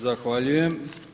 Zahvaljujem.